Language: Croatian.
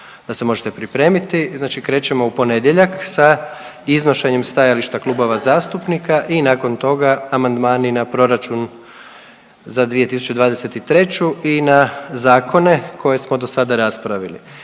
da se možete pripremiti. Znači krećemo u ponedjeljak sa iznošenjem stajališta klubova zastupnika i nakon toga amandmani na Proračun za 2023. i na zakone koje smo do sada raspravili.